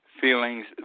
feelings